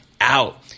out